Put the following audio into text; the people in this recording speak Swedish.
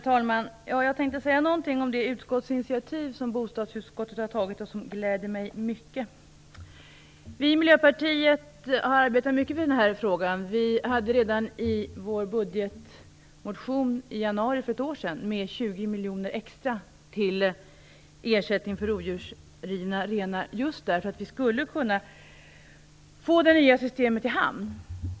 Herr talman! Jag tänkte säga någonting om det utskottsinitiativ som bostadsutskottet har tagit och som gläder mig mycket. Vi i Miljöpartiet har arbetat mycket för den här frågan. Vi hade redan i vår budgetmotion i januari för ett år sedan med 20 miljoner extra till ersättning för rovdjursrivna renar just därför att vi skulle kunna få det nya systemet i hamn.